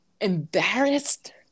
embarrassed